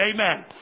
Amen